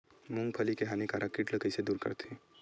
मूंगफली के हानिकारक कीट ला कइसे दूर करथे?